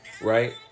Right